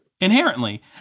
inherently